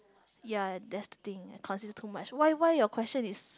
ya that's the thing I consider too much why why your question is